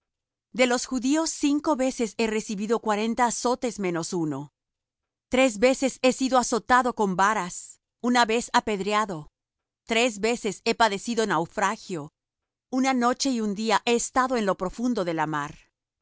de los judíos cinco veces he recibido cuarenta azotes menos uno tres veces he sido azotado con varas una vez apedreado tres veces he padecido naufragio una noche y un día he estado en lo profundo de la mar